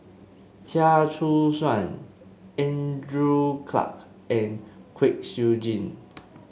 Chia Choo Suan Andrew Clarke and Kwek Siew Jin